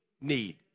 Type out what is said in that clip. need